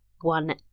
One